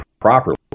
properly